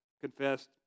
confessed